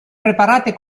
preparate